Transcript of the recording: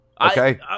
Okay